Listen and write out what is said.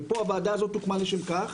והוועדה הזאת הוקמה לשם כך,